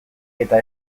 eta